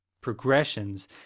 progressions